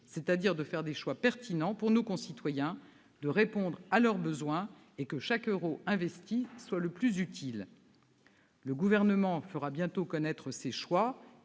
c'est-à-dire de faire des choix pertinents pour nos concitoyens, de répondre à leurs besoins, de telle sorte que chaque euro investi soit le plus utile possible. Le Gouvernement fera bientôt connaître ses choix.